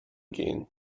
gehen